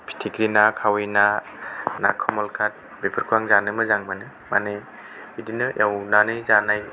फिथिख्रि ना खावै ना ना खमलखाथ बेफोरखौ आं जानो मोजां मोनो माने बिदिनो एवनानै जानाय